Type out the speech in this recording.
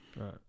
Right